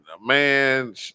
Man